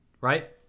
right